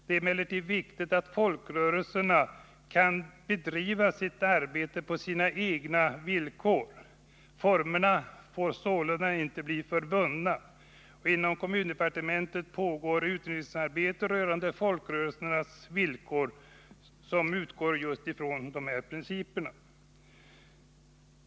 Det är emellertid viktigt att folkrörelserna kan bedriva sitt arbete på sina egna villkor. Formerna får sålunda inte bli för bundna. Inom kommundepartementet pågår ett utredningsarbete rörande folkrörelsernas villkor som utgår just från de här principerna.